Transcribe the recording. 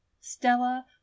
Stella